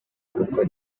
kuko